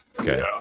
okay